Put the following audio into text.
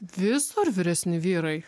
visur vyresni vyrai